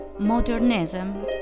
Modernism